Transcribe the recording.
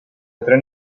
tren